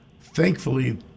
Thankfully